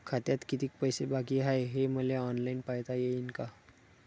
खात्यात कितीक पैसे बाकी हाय हे मले ऑनलाईन पायता येईन का?